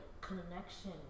connection